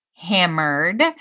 Hammered